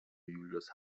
julius